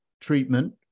treatment